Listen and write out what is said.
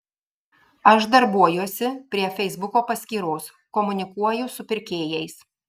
aš darbuojuosi prie feisbuko paskyros komunikuoju su pirkėjais